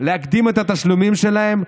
להקדים את התשלומים שלהם,